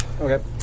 Okay